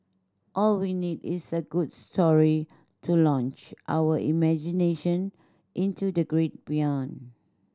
all we need is a good story to launch our imagination into the great beyond